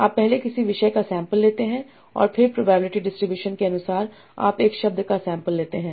आप पहले किसी विषय का सैंपल लेते हैं और फिर प्रोबेबिलिटी डिस्ट्रीब्यूशन के अनुसार आप एक शब्द का सैंपल लेते हैं